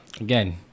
again